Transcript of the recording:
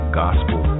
gospel